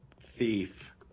thief